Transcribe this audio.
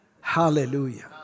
Hallelujah